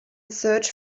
search